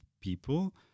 people